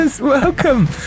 welcome